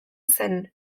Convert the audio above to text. zen